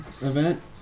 event